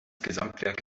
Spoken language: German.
gesamtwerk